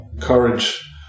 Courage